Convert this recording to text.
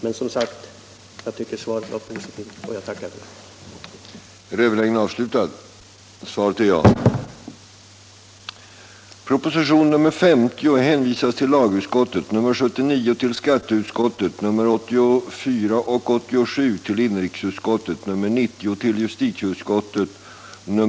Men som sagt: Jag tycker att svaret var positivt, och jag tackar för det.